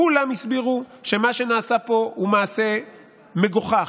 כולם הסבירו שמה שנעשה פה הוא מעשה מגוחך,